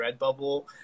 Redbubble